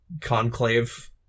conclave